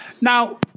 Now